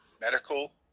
medical